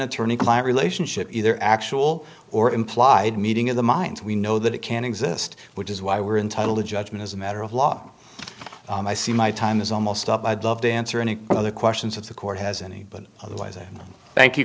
attorney client relationship either actual or implied meeting of the minds we know that it can exist which is why we're entitle to judgment as a matter of law i see my time is almost up i'd love to answer any other questions of the court has any but otherwise i thank you